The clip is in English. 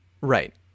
Right